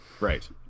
right